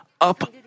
up